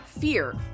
fear